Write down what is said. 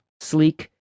sleek